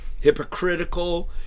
hypocritical